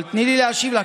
אבל תני לי להשיב לך.